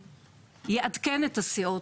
יעדכן את הסיעות,